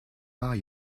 are